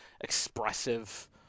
expressive